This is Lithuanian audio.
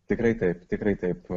tikrai taip tikrai taip